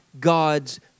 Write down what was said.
God's